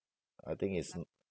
I think it's n~